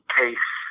case